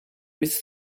with